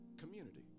community